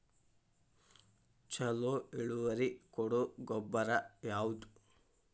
ಛಲೋ ಇಳುವರಿ ಕೊಡೊ ಗೊಬ್ಬರ ಯಾವ್ದ್?